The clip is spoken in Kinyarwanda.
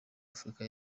afurika